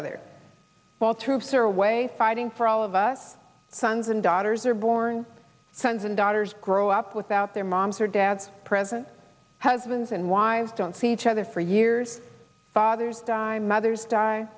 other while troops are away fighting for all of us sons daughters are born sons and daughters grow up without their moms or dads present husbands and wives don't see each other for years fathers die mothers die